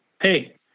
hey